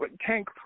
tank